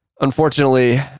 Unfortunately